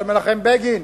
של מנחם בגין,